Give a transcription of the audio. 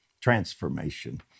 transformation